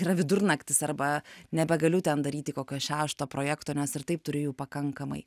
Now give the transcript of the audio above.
yra vidurnaktis arba nebegaliu ten daryti kokio šešto projekto nes ir taip turiu jų pakankamai